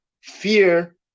fear